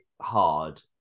hard